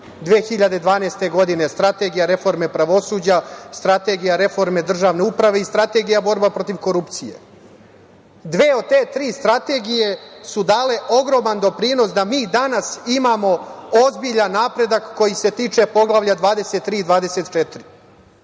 2012. strategija reforme pravosuđa, strategija reforme državne uprave i strategija borbe protiv korupcije. Dve od te tri strategije su dale ogroman doprinos da mi danas imamo ozbiljan napredak koji se tiče Poglavlja 23 i 24.U